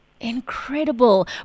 incredible